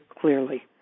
clearly